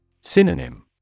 Synonym